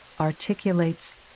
articulates